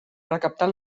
recaptar